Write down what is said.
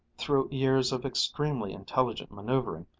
through years of extremely intelligent manoeuvering,